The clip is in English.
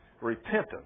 repentance